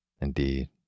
Indeed